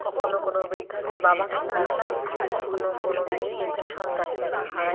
কখনো কোনো বৃদ্ধা তার বাবাকে না হারান কখনো কোনো মেয়ে তার সন্তানকে না হারায়